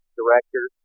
director